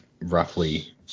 roughly